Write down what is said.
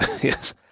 yes